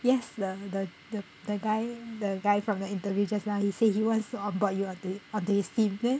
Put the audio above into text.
yes the the the the guy the guy from your interview just now he say he wants to onboard you on to on to his team then